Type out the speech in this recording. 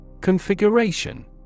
Configuration